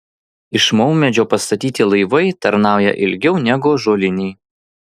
iš maumedžio pastatyti laivai tarnauja ilgiau negu ąžuoliniai